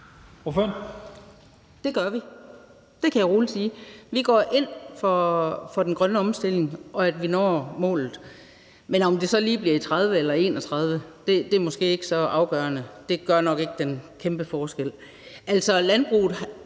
Det gør vi. Det kan jeg rolig sige. Vi går ind for den grønne omstilling og for, at vi når målet. Men om det så lige bliver i 2030 eller i 2031, er måske ikke så afgørende. Det gør nok ikke den kæmpe forskel. Landbruget